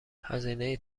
هزینه